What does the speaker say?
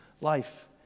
life